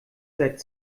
seit